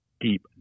deep